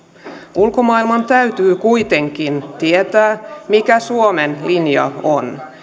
ulkomaailman täytyy kuitenkin tietää mikä suomen linja on